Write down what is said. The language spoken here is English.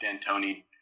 D'Antoni